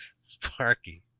Sparky